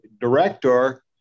director